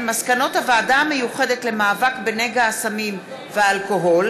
מסקנות הוועדה המיוחדת למאבק בנגע הסמים והאלכוהול